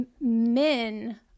men